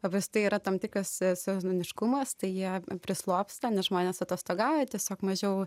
paprastai yra tam tikras sezoniškumas tai jie prislopsta nes žmonės atostogauja tiesiog mažiau